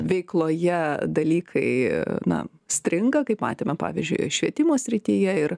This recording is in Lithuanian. veikloje dalykai na stringa kaip matėme pavyzdžiui švietimo srityje ir